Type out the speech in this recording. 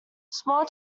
small